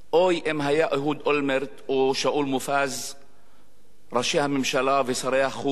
אוי אם היו אהוד אולמרט ושאול מופז ראש הממשלה ושר החוץ,